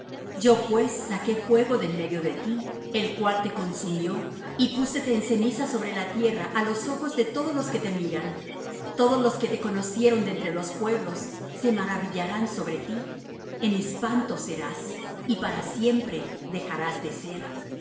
yo pues saqué fuego de en medio de ti el cual te consumió y púsete en ceniza sobre la tierra á los ojos de todos los que te miran todos los que te conocieron de entre los pueblos se maravillarán sobre ti en espanto serás y para siempre dejarás de ser